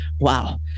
Wow